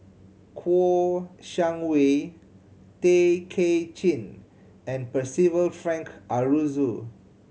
Kouo Shang Wei Tay Kay Chin and Percival Frank Aroozoo